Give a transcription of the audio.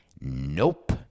Nope